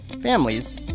families